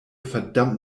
verdammt